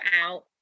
out